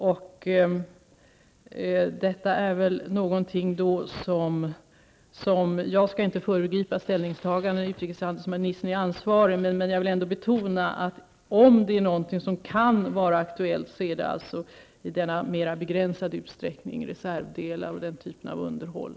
Jag skall inte föregripa ställningstaganden på ett område där utrikeshandelsministern är ansvarig, men jag vill ändå betona att om någonting kan vara aktuellt är det reservdelar och den typen av materiel för underhåll.